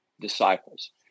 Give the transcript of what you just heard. disciples